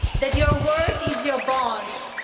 that your word is your bond.